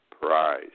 Prize